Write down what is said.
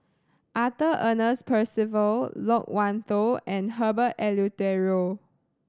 Arthur Ernest Percival Loke Wan Tho and Herbert Eleuterio